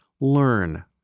Learn